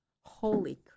Holy